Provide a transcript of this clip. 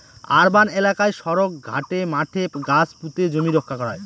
urban এলাকায় সড়ক, ঘাটে, মাঠে গাছ পুঁতে জমি রক্ষা করা হয়